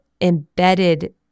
embedded